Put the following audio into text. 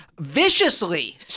viciously